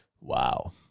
wow